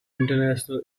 international